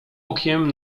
okiem